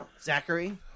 Zachary